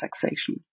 taxation